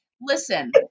Listen